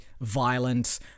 violent